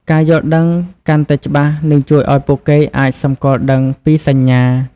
ការយល់ដឹងកាន់តែច្បាស់នឹងជួយឲ្យពួកគេអាចសម្គាល់ដឹងពីសញ្ញា។